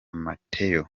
mateo